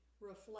reflect